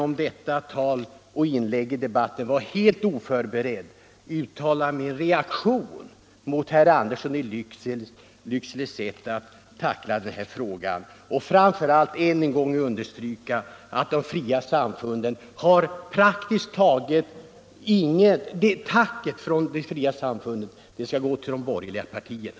Mitt inlägg i debatten är helt oförberett, men jag har velat uttala min reaktion mot herr Anderssons i Lycksele sätt att tackla den här frågan och än en gång understryka att tacket från de fria samfunden skall gå till de borgerliga partierna.